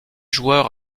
joueur